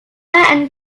and